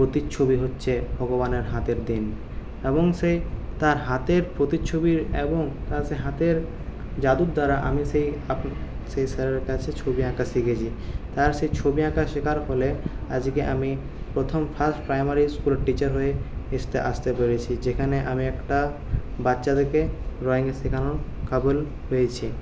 প্রতিচ্ছবি হচ্ছে ভগবানের হাতের দেন এবং সে তার হাতের প্রতিচ্ছবির এবং তার সে হাতের যাদুর দ্বারা আমি সেই সেই স্যারের কাছে ছবি আঁকা শিখেছি তার সে ছবি আঁকা শেখার ফলে আজকে আমি প্রথম ফার্স্ট প্রাইমারি স্কুল টিচার হয়ে এসতে আসতে পেরেছি যেখানে আমি একটা বাচ্চাদেরকে ড্রয়িং শেখানোর কাবিল হয়েছি